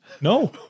No